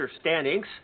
standings